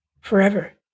forever